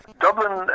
Dublin